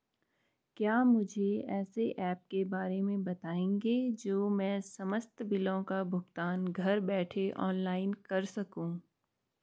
क्या मुझे ऐसे ऐप के बारे में बताएँगे जो मैं समस्त बिलों का भुगतान घर बैठे ऑनलाइन कर सकूँ?